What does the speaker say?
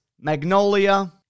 magnolia